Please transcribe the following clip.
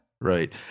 Right